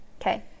Okay